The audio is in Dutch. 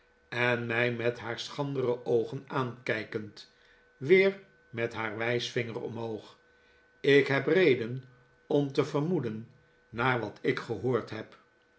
en mij met haar sehrandere oogen aankijkend weer met haar wijsvinger omhoog ik heb reden om te vermoeden naar wat ik gehoord heb